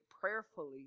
prayerfully